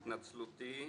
התנצלותי.